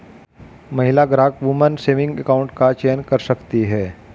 महिला ग्राहक woman saving account का चयन कर सकती है